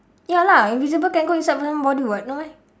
ya lah invisible can go inside someone body [what] no meh